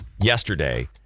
yesterday